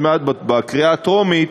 עוד מעט בקריאה טרומית,